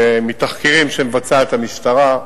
ומתחקירים שמבצעת המשטרה,